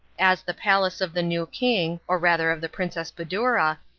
as the palace of the new king, or rather of the princess badoura,